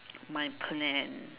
my plan